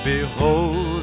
Behold